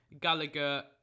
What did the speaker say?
Gallagher